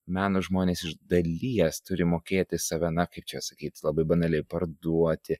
meno žmonės iš dalies turi mokėti save na kaip čia sakyt labai banaliai parduoti